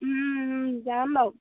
যাম বাৰু